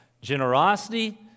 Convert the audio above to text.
Generosity